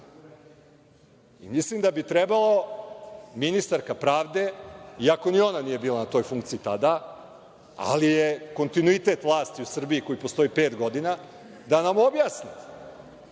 Mislim da bi trebalo ministarka pravde iako ni ona nije bila na toj funkciji tada, ali je kontinuitet vlasti u Srbiji koji postoji pet godina da nam objasni